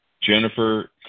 Jennifer